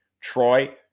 Troy